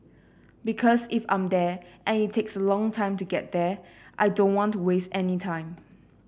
because if I'm there and it takes a long time to get there I don't want to waste any time